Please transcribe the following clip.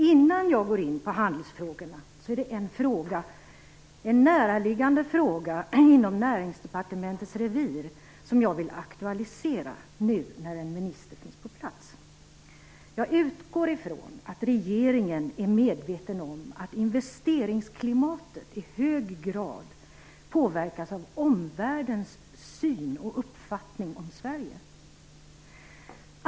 Innan jag går in på handelsfrågorna är det en närliggande fråga inom Näringsdepartementets revir som jag vill aktualisera nu när ministern finns på plats. Jag utgår från att regeringen är medveten om att investeringsklimatet i hög grad påverkas av omvärldens uppfattning om vårt land.